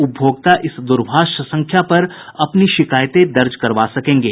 उपभोक्ता इस द्रभाष संख्या पर अपनी शिकायतें दर्ज करवा सकेंगे